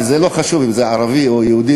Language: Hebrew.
ולא חשוב אם ערבי או יהודי,